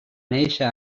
néixer